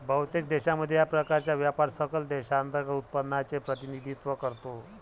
बहुतेक देशांमध्ये, या प्रकारचा व्यापार सकल देशांतर्गत उत्पादनाचे प्रतिनिधित्व करतो